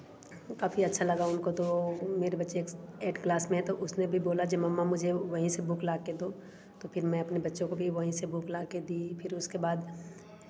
काफ़ी अच्छा लगा उन को तो मेरे बच्चे एट क्लास में हैं तो उसने भी बोल जी मअम्माँ मुझे वहीं से बुक ला कर दो तो फिर मैं अपने बच्चों को भी वहीं से बुक लाकर दी फिर उसके बाद